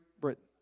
Britain